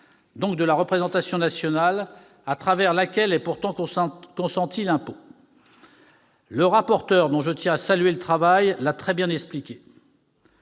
donc de la représentation nationale, au travers de laquelle est pourtant consenti l'impôt. Le rapporteur, dont je tiens à saluer le travail, l'a très bien expliqué.